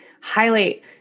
highlight